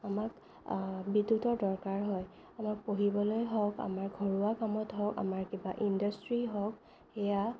আমাক বিদ্যুতৰ দৰকাৰ হয় আমাৰ পঢ়িবলৈ হওঁক আমাৰ ঘৰুৱা কামত হওঁক আমাৰ কিবা ইণ্ডাষ্ট্ৰি হওঁক এয়া